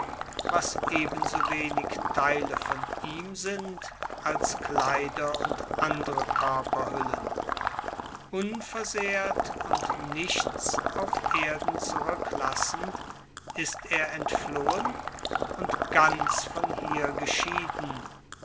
was ebensowenig theile von ihm sind als kleider und andre körperhüllen unversehrt und nichts auf erden zurücklassend ist er entflohen und ganz von hier geschieden